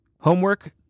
homework